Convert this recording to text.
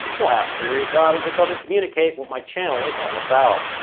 will have to be redone, as it doesn't communicate what my channel is all about.